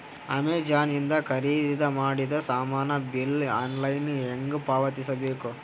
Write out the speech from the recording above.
Amazon ಇಂದ ಖರೀದಿದ ಮಾಡಿದ ಸಾಮಾನ ಬಿಲ್ ಆನ್ಲೈನ್ ಹೆಂಗ್ ಪಾವತಿಸ ಬೇಕು?